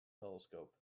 telescope